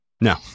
No